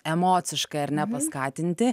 emociškai ar ne paskatinti